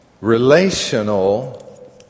relational